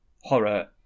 horror